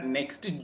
Next